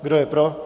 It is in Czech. Kdo je pro?